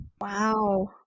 Wow